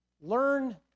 learn